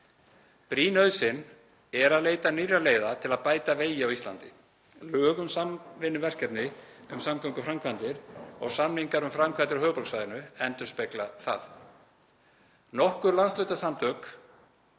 Brýn nauðsyn er að leita nýrra leiða til bæta vegi á Íslandi. Lög um samvinnuverkefni um samgönguframkvæmdir og samningur um framkvæmdir á höfuðborgarsvæðinu endurspegla það. Nokkur landshlutasamtök